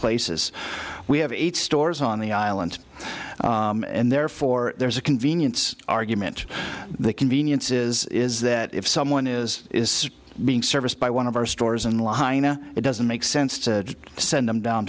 places we have eight stores on the island and therefore there's a convenience argument the convenience is is that if someone is being serviced by one of our stores in la hina it doesn't make sense to send them down